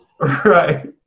Right